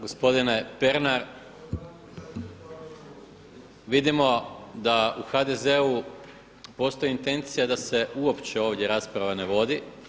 Gospodine Pernar, vidimo da u HDZ-u postoji intencija da se uopće ovdje rasprava ne vodi.